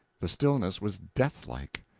the stillness was deathlike.